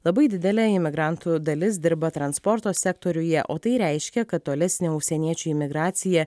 labai didelė imigrantų dalis dirba transporto sektoriuje o tai reiškia kad tolesnė užsieniečių imigracija